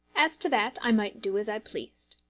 as to that, i might do as i pleased.